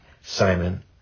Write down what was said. simon